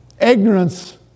Ignorance